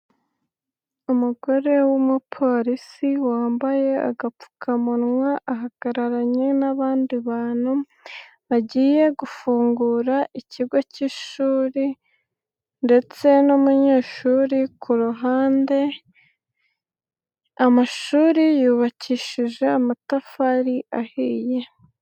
Umugore w'umupolisi wambaye agapfukamunwa ahagararanye n'abandi bantu bagiye gufungura ikigo cy'ishuri, ndetse n'umunyeshuri ku ruhande amashuri yubakishije amatafari ahiye.